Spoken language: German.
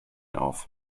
auf